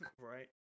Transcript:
Right